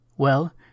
Well